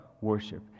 worship